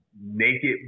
naked